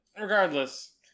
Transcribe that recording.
regardless